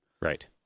Right